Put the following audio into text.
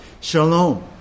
shalom